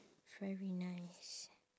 very nice